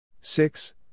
six